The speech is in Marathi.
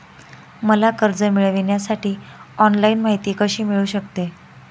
मला कर्ज मिळविण्यासाठी ऑनलाइन माहिती कशी मिळू शकते?